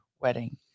wedding